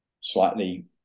slightly